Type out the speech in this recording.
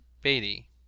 Beatty